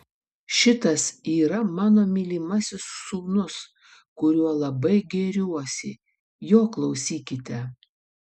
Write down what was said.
šitas yra mano mylimasis sūnus kuriuo labai gėriuosi jo klausykite